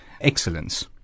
excellence